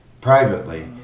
privately